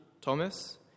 Thomas